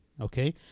okay